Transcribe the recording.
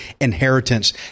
inheritance